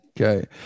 okay